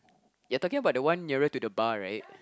you're talking about the one nearer to the bar right